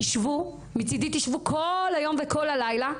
תשבו, מצדי, תשבו כל היום וכל הלילה,